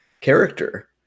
character